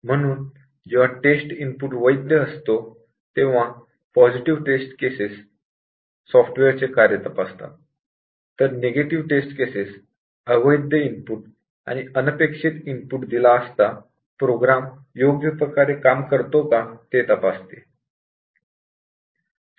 म्हणून जेव्हा इनपुट वैध असतो तेव्हा पॉजिटिव टेस्ट केसेस सॉफ्टवेअरचे कार्य तपासतात तर निगेटिव टेस्ट केसेस अवैध इनपुट किंवा अनपेक्षित इनपुट दिले असता प्रोग्राम योग्य प्रकारे काम करतो का ते तपासते